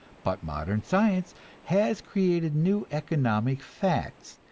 but modern science has created new economic facts,